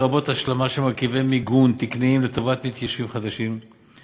לרבות השלמה של מרכיבי מיגון תקניים לטובת מתיישבים חדשים,